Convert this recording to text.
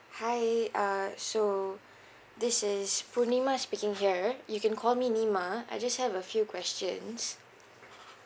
hi uh so this is purnima speaking here you can call me nima I just have a few questions